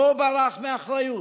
לא ברח מאחריות.